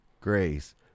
Grace